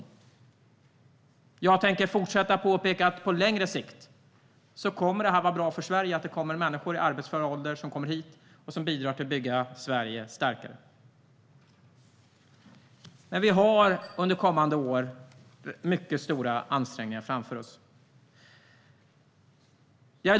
Det andra, som jag tänker fortsätta att påpeka, är att det på lång sikt kommer att vara bra för Sverige att det kommer människor i arbetsför ålder hit och bidrar till att bygga Sverige starkare. Men vi har mycket stora ansträngningar framför oss under kommande år.